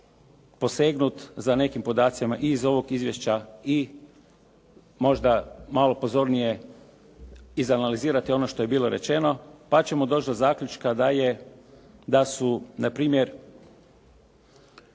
posegnut za nekim podacima iz ovog izvješća i možda malo pozornije izanalizirati ono što je bilo rečeno pa ćemo doći do zaključka da su npr.